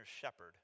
shepherd